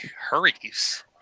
hurries